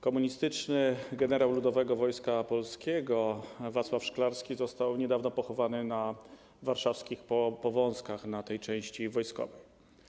Komunistyczny generał Ludowego Wojska Polskiego Wacław Szklarski został niedawno pochowany na warszawskich Powązkach w części wojskowej.